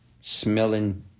smelling